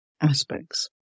aspects